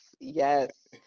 Yes